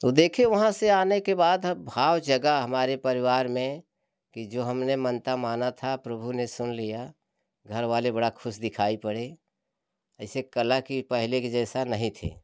तो देखे वहाँ से आने के बाद भाव जगा हमारे परिवार में कि जो हमने मनता माना था प्रभु ने सुन लिया घर वाले बड़ा खुश दिखाई पड़े ऐसे कला की पहले के जैसा नहीं थी